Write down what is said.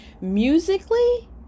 Musically